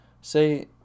say